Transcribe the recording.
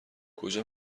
کجا